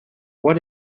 what